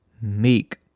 meek